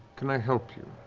can i help you?